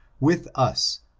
with us,